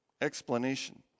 explanation